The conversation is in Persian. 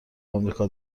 آمریکا